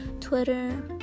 Twitter